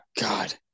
God